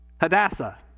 Hadassah